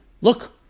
Look